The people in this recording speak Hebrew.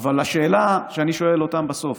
אבל השאלה שאני שואל אותם בסוף: